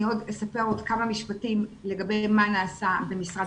אספר עוד כמה משפטים לגבי מה נעשה במשרד